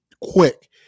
quick